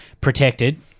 protected